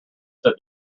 said